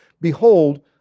behold